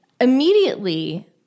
immediately